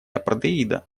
апартеида